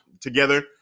together